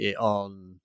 on